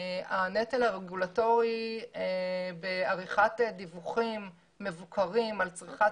הנטל הרגולטורי בעריכת דיווחים מבוקרים על צריכת